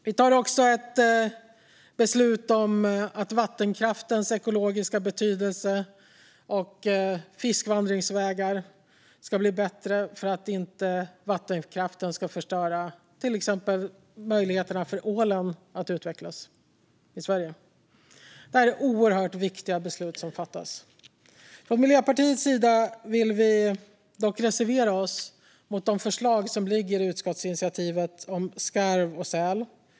Vi tar också ett beslut om att vattenkraftens ekologiska betydelse och fiskvandringsvägar ska bli bättre för att inte vattenkraften ska förstöra till exempel möjligheterna för ålen att utvecklas i Sverige. Det är oerhört viktiga beslut som fattas. Från Miljöpartiets sida vill vi dock reservera oss mot de förslag som ligger i utskottsinitiativet om skarv och säl.